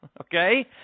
okay